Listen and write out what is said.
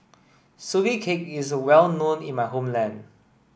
sugee cake is well known in my homeland